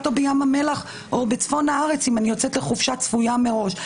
או בים המלח או בצפון הארץ אם אני יוצאת לחופשה צפויה מראש.